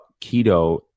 keto